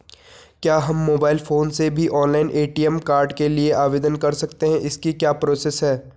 क्या हम mobile phone से भी ऑनलाइन ए.टी.एम कार्ड के लिए आवेदन कर सकते हैं इसकी क्या प्रोसेस है?